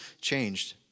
changed